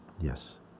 Yes